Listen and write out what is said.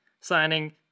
signing